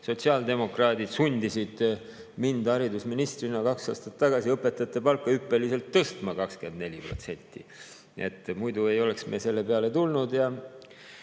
sotsiaaldemokraadid sundisid mind haridusministrina kaks aastat tagasi õpetajate palka hüppeliselt tõstma, 24%. Muidu ei oleks me selle peale tulnud.